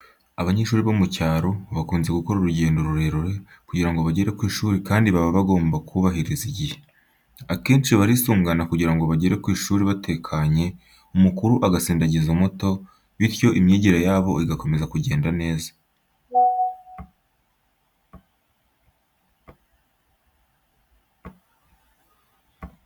Abanyeshuri bo mu cyaro bakunze gukora urugendo rurerure kugira ngo bagere ku ishuri kandi baba bagomba kubahiriza igihe. Akenshi barisungana kugira ngo bagere ku ishuri batekanye, umukuru agasindagiza umuto, bityo imyigire yabo igakomeza kugenda neza.